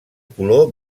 color